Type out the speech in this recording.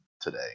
today